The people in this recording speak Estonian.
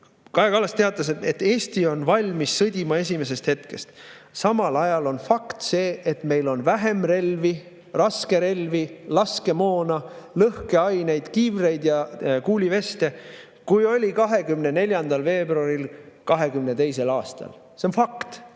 Kaja Kallas teatas, et Eesti on valmis sõdima esimesest hetkest [alates]. Samal ajal on fakt see, et meil on vähem relvi, raskerelvi, laskemoona, lõhkeaineid, kiivreid ja kuuliveste kui oli 24. veebruaril 2022. aastal. See on fakt!